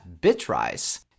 Bitrise